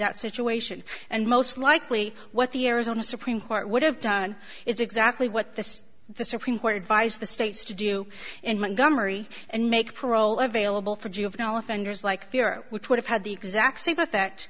that situation and most likely what the arizona supreme court would have done is exactly what the the supreme court advised the states to do in montgomery and make parole available for juvenile offenders like here which would have had the exact same